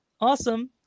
Awesome